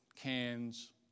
cans